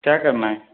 کیا کرنا ہے